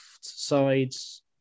sides